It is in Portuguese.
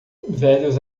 velhos